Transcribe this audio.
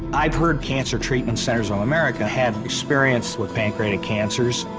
i've heard cancer treatment centers of america have experience with pancreatic cancers.